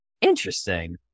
Interesting